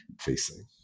facing